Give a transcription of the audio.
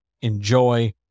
Enjoy